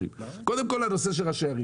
קודם כל הנושא של ראשי הערים,